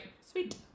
Sweet